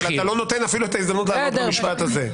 אתה לא נותן אפילו את ההזדמנות לענות למשפט הזה.